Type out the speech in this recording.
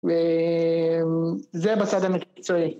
וזה בשדה המקצועי